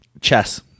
Chess